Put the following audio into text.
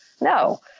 no